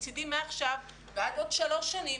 מצדי מעכשיו ועד עוד שלוש שנים,